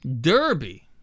Derby